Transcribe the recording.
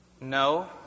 No